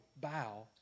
bow